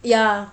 ya